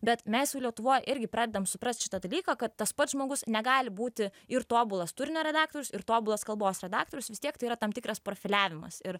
bet mes jau lietuvoj irgi pradedam suprast šitą dalyką kad tas pats žmogus negali būti ir tobulas turinio redaktorius ir tobulas kalbos redaktorius vis tiek tai yra tam tikras profiliavimas ir